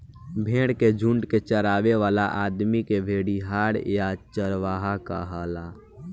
भेड़ के झुंड के चरावे वाला आदमी के भेड़िहार या चरवाहा कहाला